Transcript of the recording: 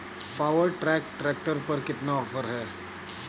Power track tractor पर कितना offer है?